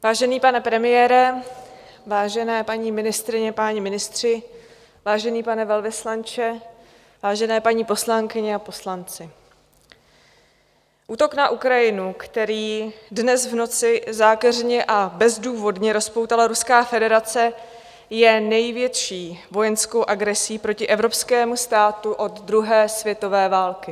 Vážený pane premiére, vážené paní ministryně, páni ministři, vážený pane velvyslanče, vážené paní poslankyně a poslanci, útok na Ukrajinu, který dnes v noci zákeřně a bezdůvodně rozpoutala Ruská federace, je největší vojenskou agresí proti Evropskému státu od druhé světové války.